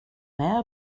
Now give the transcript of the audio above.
meua